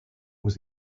was